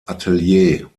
atelier